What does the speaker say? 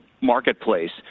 Marketplace